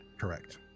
Correct